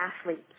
athletes